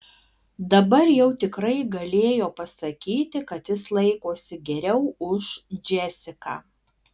dabar jau tikrai galėjo pasakyti kad jis laikosi geriau už džesiką